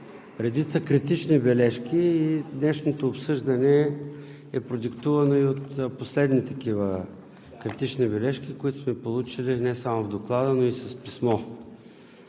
редица критични бележки. Днешното обсъждане е продиктувано от последни такива критични бележки, които сме получили не само в Доклада, но и с писмо